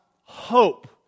hope